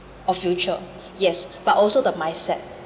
a future yes but also the mindset